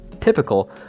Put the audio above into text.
typical